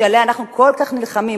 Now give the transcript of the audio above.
שעליה אנחנו כל כך נלחמים,